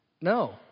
No